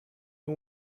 you